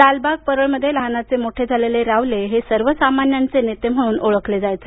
लालबाग परळमध्ये लहानाचे मोठे झालेले रावले हे सर्वसामान्यांचे नेते म्हणून ओळखले जायचे